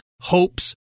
hopes